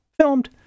filmed